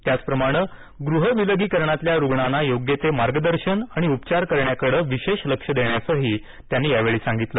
त्याचप्रमाणे गृहविलगीकरणातल्या रुग्णांना योग्य ते मार्गदर्शन आणि उपचार करण्याकडे विशेष लक्ष देण्यासही त्यांनी यावेळी सांगितलं